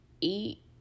eat